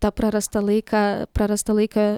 tą prarastą laiką prarastą laiką